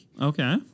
Okay